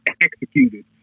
executed